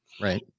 right